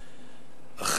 לסדר-היום.